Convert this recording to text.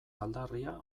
aldarria